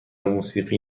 موسیقی